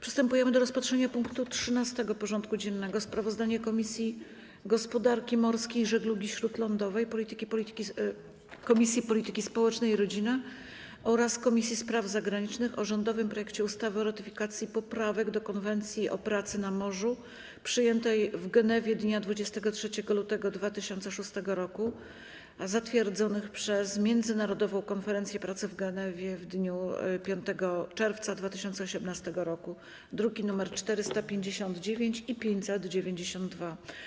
Przystępujemy do rozpatrzenia punktu 13. porządku dziennego: Sprawozdanie Komisji Gospodarki Morskiej i Żeglugi Śródlądowej, Komisji Polityki Społecznej i Rodziny oraz Komisji Spraw Zagranicznych o rządowym projekcie ustawy o ratyfikacji Poprawek do Konwencji o pracy na morzu, przyjętej w Genewie dnia 23 lutego 2006 r., zatwierdzonych przez Międzynarodową Konferencję Pracy w Genewie w dniu 5 czerwca 2018 r. (druki nr 459 i 592)